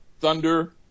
Thunder